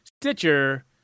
Stitcher